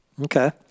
Okay